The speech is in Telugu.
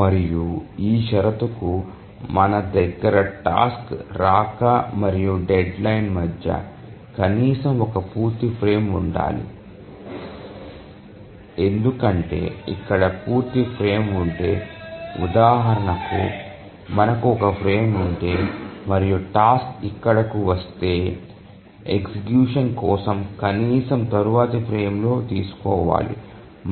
మరియు ఈ షరతుకు మన దగ్గర టాస్క్ రాక మరియు డెడ్లైన్ మధ్య కనీసం ఒక పూర్తి ఫ్రేమ్ ఉండాలి ఎందుకంటే ఇక్కడ పూర్తి ఫ్రేమ్ ఉంటే ఉదాహరణకు మనకు ఒక ఫ్రేమ్ ఉంటే మరియు టాస్క్ ఇక్కడకు వస్తే ఎగ్జిక్యూషన్ కోసం కనీసం తరువాతి ఫ్రేమ్లో తీసుకోవాలి